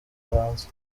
ipanze